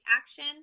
action